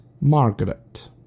Margaret